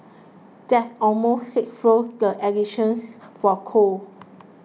that's almost sixfold the additions for coal